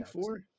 four